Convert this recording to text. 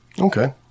Okay